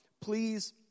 Please